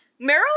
Meryl